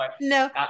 No